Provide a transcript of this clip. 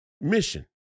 mission